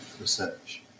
research